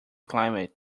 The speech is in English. climate